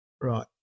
right